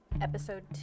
episode